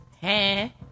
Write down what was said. Hey